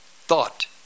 thought